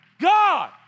God